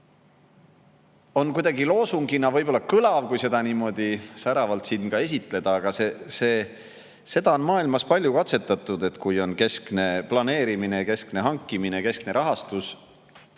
on kuidagi loosungina võib-olla kõlav, kui seda niimoodi säravalt siin esitleda, aga seda on maailmas palju katsetatud. Kui on keskne planeerimine, keskne hankimine, keskne rahastus,